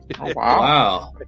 Wow